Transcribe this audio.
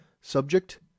Subject